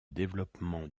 développement